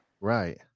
right